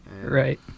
Right